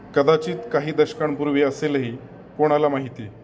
कदाचित काही दशकांपूर्वी असेलही कोणाला माहिती